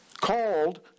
Called